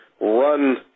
run